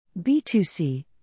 B2C